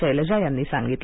शैलजा यांनी सांगितलं